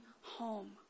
home